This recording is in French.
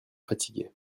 fatiguée